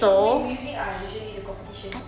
it's with music ah usually the competition